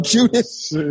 Judas